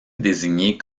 désignés